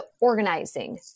organizing